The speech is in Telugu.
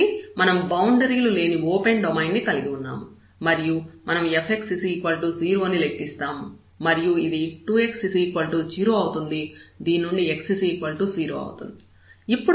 కాబట్టి మనం బౌండరీలు లేని ఓపెన్ డొమైన్ ని కలిగి ఉన్నాము మరియు మనం fx0 ని లెక్కిస్తాము మరియు ఇది 2x0 అవుతుంది దీని నుండి x0 అవుతుంది